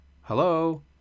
Hello